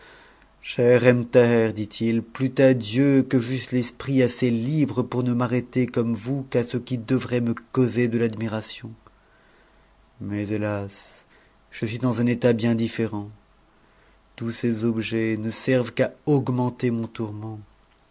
ebn thaher dit-il plût à dieu que j'eusse l'esprit assez libre pour ne m'arrêter comme vous qu'à ce qui devrait me causer de l'admiration mais hélas je suis dans un état bien différent tous ces objets ne servent qu'à augmenter mon tourment